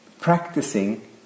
practicing